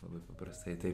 labai paprastai tai